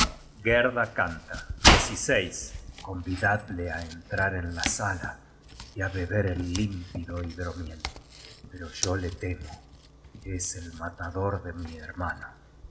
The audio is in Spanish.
en la yerba gerda canta convidadle á entrar en la sala y á beber el límpido hidromiel pero yo le temo es el matador de mi hermano